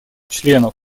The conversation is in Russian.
членов